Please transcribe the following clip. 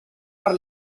per